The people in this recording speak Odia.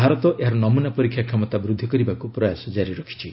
ଭାରତ ଏହାର ନମ୍ବନା ପରୀକ୍ଷା କ୍ଷମତା ବୃଦ୍ଧିକରିବାକୁ ପ୍ରୟାସ ଜାରି ରଖିଛି